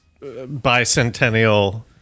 bicentennial